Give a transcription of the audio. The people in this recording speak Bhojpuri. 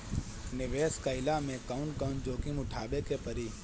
निवेस कईला मे कउन कउन जोखिम उठावे के परि?